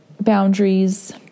boundaries